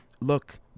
look